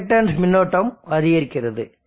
inductance மின்னோட்டம் அதிகரிக்கிறது